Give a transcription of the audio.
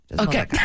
Okay